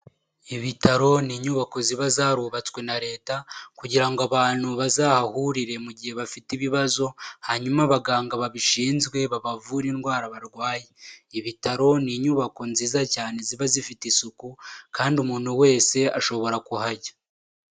Ibitaro ni inyubako ziba zarubatswe na leta kugira ngo abantu bazahahurire mu gihe bafite ibibazo hanyuma abaganga babishinzwe babavura indwara barwaye, ibitaro ni inyubako nziza cyane ziba zifite isuku kandi umuntu wese ashobora kuhajya.